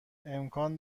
امکان